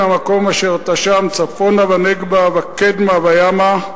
המקום אשר אתה שם צפונה ונגבה וקדמה וימה.